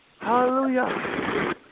Hallelujah